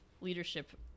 leadership